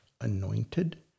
anointed